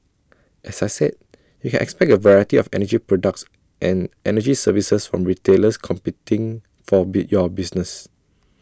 as I said you can expect A variety of energy products and energy services from retailers competing for your business